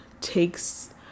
takes